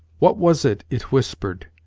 what was it it whispered?